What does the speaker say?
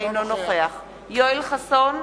אינו נוכח יואל חסון,